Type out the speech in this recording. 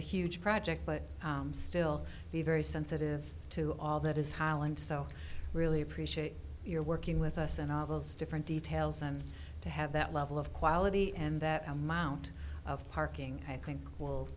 a huge project but still be very sensitive to all that is holland so really appreciate your working with us and all those different details on to have that level of quality and that amount of parking i think will